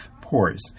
pores